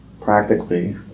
practically